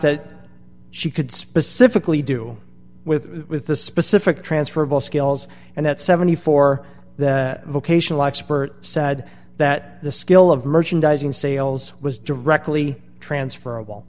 that she could specifically do with with the specific transferable skills and that seventy four vocational expert said that the skill of merchandising sales was directly transferable